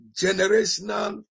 generational